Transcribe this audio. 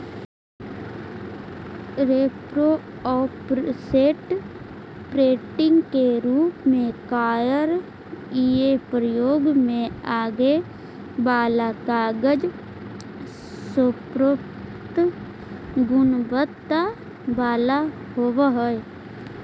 repro, offset, printing के रूप में कार्यालयीय प्रयोग में आगे वाला कागज सर्वोत्तम गुणवत्ता वाला होवऽ हई